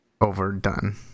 overdone